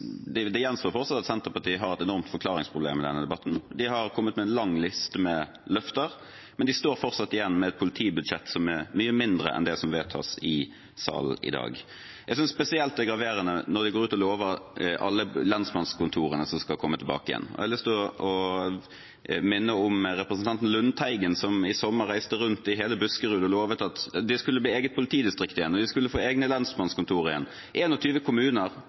Det gjenstår fortsatt det at Senterpartiet har et enormt forklaringsproblem i denne debatten. De har kommet med en lang liste med løfter, men de står fortsatt igjen med et politibudsjett som er mye mindre enn det som vedtas i salen i dag. Jeg synes spesielt det er graverende når de går ut og lover at alle lensmannskontorene skal komme tilbake igjen. Jeg har lyst til å minne om representanten Lundteigen, som i sommer reiste rundt i hele Buskerud og lovte at det skulle bli eget politidistrikt, og de skulle få egne lensmannskontor igjen – 21 kommuner